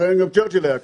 אכן גם צ'רצ'יל היה כזה.